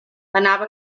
anava